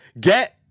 get